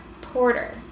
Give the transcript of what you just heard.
porter